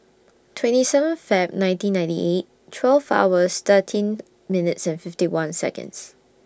twenty seven Feb nineteen ninety eight twelve hours thirteen minutes and fifty one Seconds